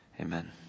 Amen